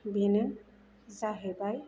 बेनो जाहैबाय